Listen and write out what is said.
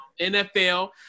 NFL